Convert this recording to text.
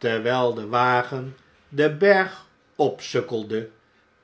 terwfll de wagen den berg opsukkelde